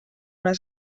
una